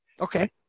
Okay